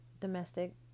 domestic